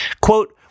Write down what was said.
Quote